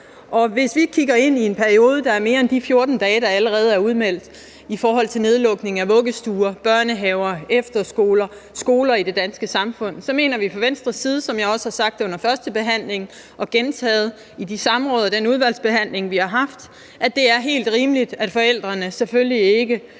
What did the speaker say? Og hvis vi kigger ind i en periode, der er længere end de 14 dage, der allerede er udmeldt, i forhold til nedlukning af vuggestuer, børnehaver, efterskoler og skoler i det danske samfund, mener vi fra Venstres side, som jeg også har sagt under førstebehandlingen og gentaget i de samråd og den udvalgsbehandling, vi har haft, at det er helt rimeligt, at forældrene selvfølgelig ikke